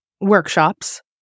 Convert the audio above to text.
workshops